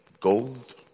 gold